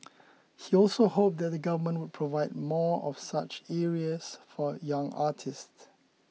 he also hoped that the Government Provide more of such areas for young artists